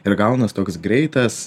ir gaunas toks greitas